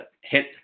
hit